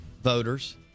Voters